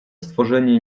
stworzenie